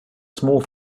small